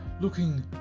looking